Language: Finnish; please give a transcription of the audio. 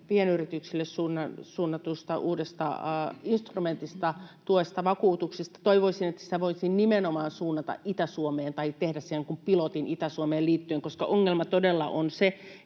pienyrityksille suunnatusta uudesta instrumentista, tuesta tai vakuutuksista. Toivoisin, että sitä voisi nimenomaan suunnata Itä-Suomeen tai tehdä siihen jonkun pilotin Itä-Suomeen liittyen, koska ongelma todella on se,